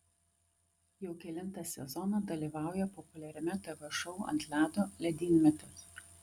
jau kelintą sezoną dalyvauja populiariame tv šou ant ledo ledynmetis